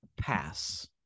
pass